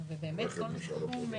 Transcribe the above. ובאמת כל סכום,